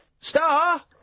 Star